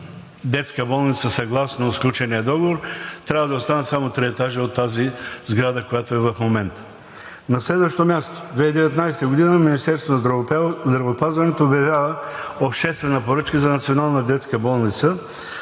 детска болница съгласно сключения договор, трябва да останат само три етажа от тази сграда, която е в момента. На следващо място, през 2019 г. Министерството на здравеопазването обявява обществена поръчка за Национална детска болница,